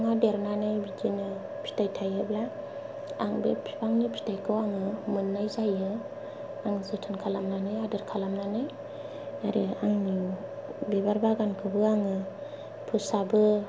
फिफाङा देरनानै बिदिनो फिथाइ थायोब्ला आं बे बिफांनि फिथाइखौ मोननाय जायो आं जोथोन खालामनानै आदोर खालामनानै आरो आङो बिबार बागानखौबो आङो फोसाबो